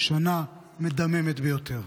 שנה מדממת ביותר.